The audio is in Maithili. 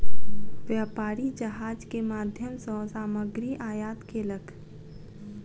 व्यापारी जहाज के माध्यम सॅ सामग्री आयात केलक